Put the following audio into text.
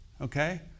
Okay